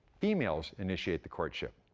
females initiate the courtship.